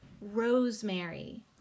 Rosemary